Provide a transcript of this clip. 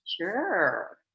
Sure